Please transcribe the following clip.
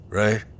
right